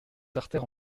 artères